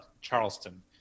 Charleston